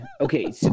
Okay